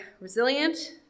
resilient